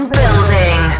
building